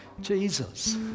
Jesus